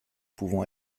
pouvant